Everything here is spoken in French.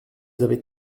avez